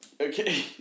Okay